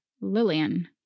Lillian